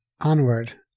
onward